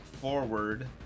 forward